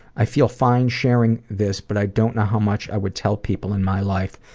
i feel fine sharing this but i don't know how much i would tell people in my life,